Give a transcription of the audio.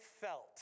felt